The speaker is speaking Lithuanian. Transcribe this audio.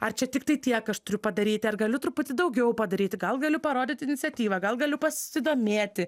ar čia tiktai tiek aš turiu padaryti ar galiu truputį daugiau padaryti gal galiu parodyt iniciatyvą gal galiu pasidomėti